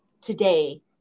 today